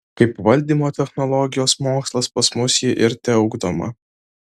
kaip valdymo technologijos mokslas pas mus ji ir teugdoma